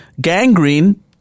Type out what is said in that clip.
gangrene